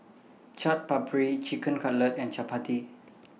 Chaat Papri Chicken Cutlet and Chapati